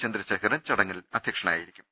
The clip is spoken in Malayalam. ചന്ദ്രശേഖരൻ ചടങ്ങിൽ അധ്യക്ഷനായിരിക്കും